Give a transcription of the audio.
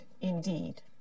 indeed